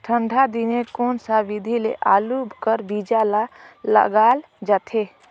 ठंडा दिने कोन सा विधि ले आलू कर बीजा ल लगाल जाथे?